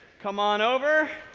come on over.